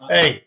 Hey